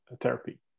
therapy